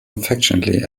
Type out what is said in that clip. affectionately